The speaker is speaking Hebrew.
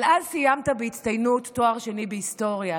אבל אז סיימת בהצטיינות תואר שני בהיסטוריה,